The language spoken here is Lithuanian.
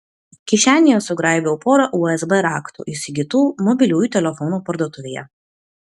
kišenėje sugraibiau porą usb raktų įsigytų mobiliųjų telefonų parduotuvėje